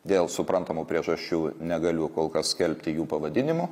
dėl suprantamų priežasčių negaliu kol kas skelbti jų pavadinimų